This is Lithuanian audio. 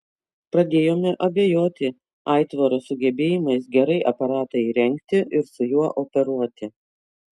pradėjome abejoti aitvaro sugebėjimais gerai aparatą įrengti ir su juo operuoti